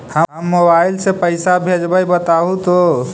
हम मोबाईल से पईसा भेजबई बताहु तो?